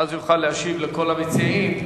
ואז יוכל להשיב לכל המציעים.